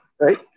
right